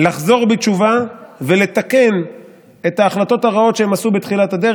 לחזור בתשובה ולתקן את ההחלטות שהם עשו בתחילת הדרך.